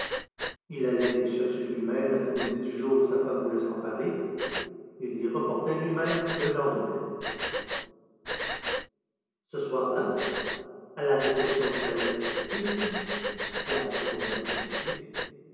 il allait l'y chercher lui-même l'après-midi du jour où sa femme voulait s'en parer et l'y reportait lui-même le lendemain ce soir-là à la réception du palais de castille la